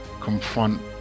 confront